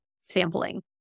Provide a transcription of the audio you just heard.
sampling